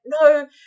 no